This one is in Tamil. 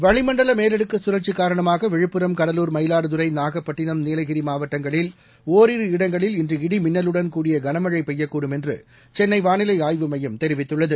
வளிமண்டல மேலடுக்கு கழற்சி காரணமாக விழுப்புரம் கடலூர் மயிவாடுதுறை நாகப்பட்டினம் நீலகிரி மாவட்டங்களில் ஒரிரு இடங்களில் இன்று இடி மின்னலுடன் கூடிய கனமழை பெய்யக்கூடும் என்று சென்னை வானிலை ஆய்வுமையம் தெரிவித்துள்ளது